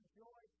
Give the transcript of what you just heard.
joy